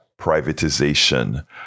privatization